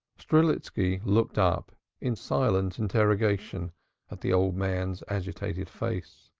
strelitski looked up in silent interrogation at the old man's agitated face.